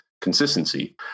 consistency